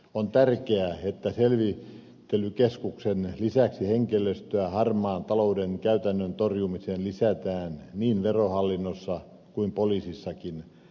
on tärkeää että selvittelykeskuksen lisäksi henkilöstöä harmaan talouden käytännön torjumiseen lisätään niin verohallinnossa kuin poliisissakin